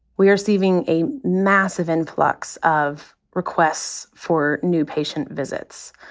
we are receiving a massive influx of requests for new patient visits,